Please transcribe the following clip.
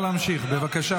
לא, אבל היא שרה,